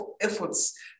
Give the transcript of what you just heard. efforts